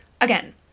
Again